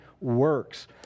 works